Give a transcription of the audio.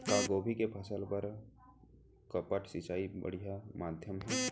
का गोभी के फसल बर टपक सिंचाई बढ़िया माधयम हे?